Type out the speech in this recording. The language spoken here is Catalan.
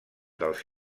dels